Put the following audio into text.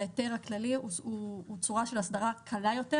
ההיתר הכללי הוא צורה של אסדרה קלה יותר